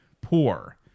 poor